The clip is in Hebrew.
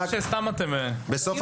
שר התרבות והספורט מכלוף מיקי זוהר: זה דיון